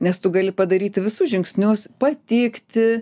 nes tu gali padaryti visus žingsnius patikti